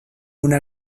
una